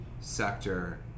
sector